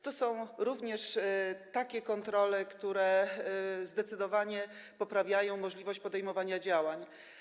To są takie kontrole, które zdecydowanie poprawiają możliwość podejmowania działań.